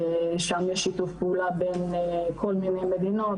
שם יש שיתוף פעולה בין כל מיני מדינות,